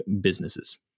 businesses